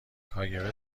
کاگب